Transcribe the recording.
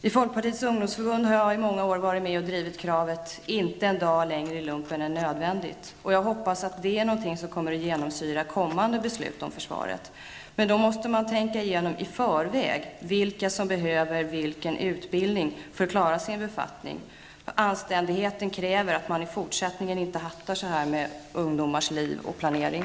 I folkpartiets ungdomsförbund har jag i många år drivit kravet: Inte en dag längre i lumpen än nödvändigt. Jag hoppas att detta är något som kommer att genomsyra kommande beslut om försvaret. Men då måste man i förväg tänka igenom vilka som behöver lång utbildning för att klara sin befattning. Anständigheten kräver att man inte i fortsättningen hattar så här med ungdomars liv och planering.